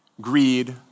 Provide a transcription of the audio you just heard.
Greed